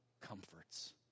comforts